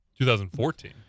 2014